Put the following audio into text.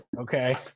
Okay